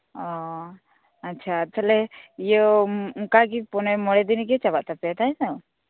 ᱚ ᱟᱪᱷᱟ ᱛᱟᱦᱚᱞᱮ ᱤᱭᱟᱹ ᱚᱱᱟᱠᱟᱜᱤ ᱢᱚᱲᱮᱫᱤᱱ ᱨᱮᱜᱤ ᱪᱟᱵᱟᱜ ᱛᱟᱯᱮᱭᱟ ᱛᱟᱭᱛᱚ